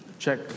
Check